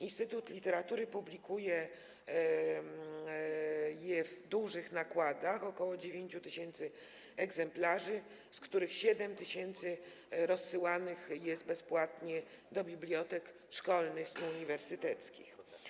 Instytut Literatury publikuje je w dużych nakładach, około 9 tys. egzemplarzy, z których 7 tys. rozsyłanych jest bezpłatnie do bibliotek szkolnych i uniwersyteckich.